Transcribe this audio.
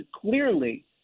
clearly –